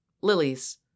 lilies